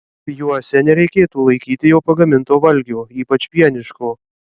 juose nereikėtų laikyti jau pagaminto valgio ypač pieniško